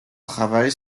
travail